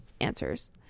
answers